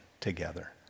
together